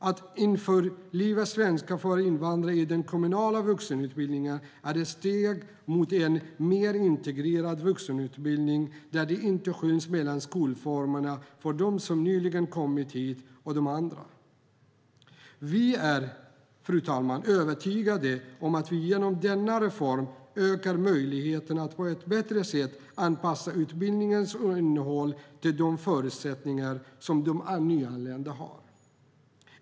Att införliva svenska för invandrare i den kommunala vuxenutbildningen är ett steg mot en mer integrerad vuxenutbildning där det inte skiljs mellan skolformerna för dem som nyligen kommit hit och de andra. Vi är övertygade om att vi genom denna reform ökar möjligheten att på ett bättre sätt anpassa utbildningens innehåll till de förutsättningar som de nyanlända har.